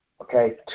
Okay